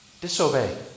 Disobey